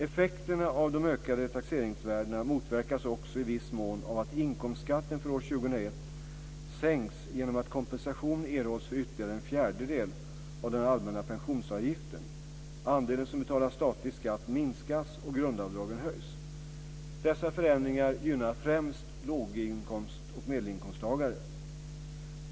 Effekterna av de ökade taxeringsvärdena motverkas också i viss mån av att inkomstskatten för år 2001 sänks genom att kompensation erhålls för ytterligare en fjärdedel av den allmänna pensionsavgiften, andelen som betalar statlig skatt minskas och grundavdragen höjs. Dessa förändringar gynnar främst lågoch medelinkomsttagare.